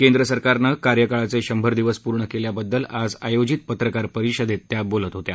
केंद्र सरकारनं कार्यकाळाचे शंभर दिवस पूर्ण केल्याबद्दल आज आयोजित पत्रकार परिषदेत त्या बोलत होत्या